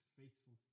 faithful